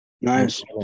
nice